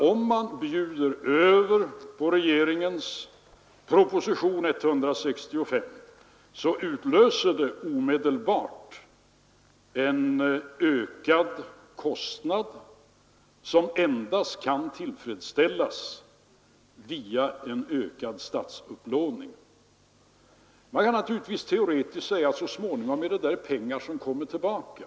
Om man bjuder över på regeringens proposition 165, utlöser man onekligen omedelbart en ökad kostnad, som kan betalas endast via en ökad statsupplåning. Man kan naturligtvis teoretiskt säga att detta är pengar som så småningom kommer tillbaka.